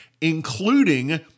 including